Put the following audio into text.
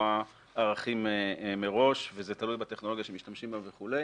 ערכים מראש וזה תלוי בטכנולוגיה שמשתמשים בה וכולי.